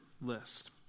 list